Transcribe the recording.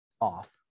off